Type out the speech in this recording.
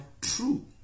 true